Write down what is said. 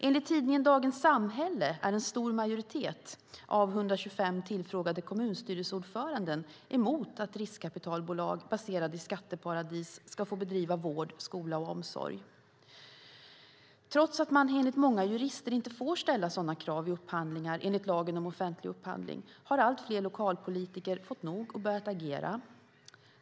Enligt tidningen Dagens Samhälle är en stor majoritet av 125 tillfrågade kommunstyrelseordförande emot att riskkapitalbolag baserade i skatteparadis ska få bedriva vård, skola och omsorg. Trots att man enligt många jurister inte får ställa sådana krav i upphandlingar, enligt lagen om offentlig upphandling, har allt fler lokalpolitiker fått nog och börjat agera.